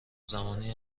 زمانی